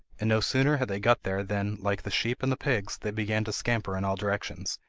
and no sooner had they got there than, like the sheep and the pigs, they began to scamper in all directions,